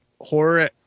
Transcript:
horror